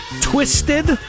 twisted